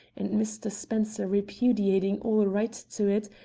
and mr. spencer repudiating all right to it,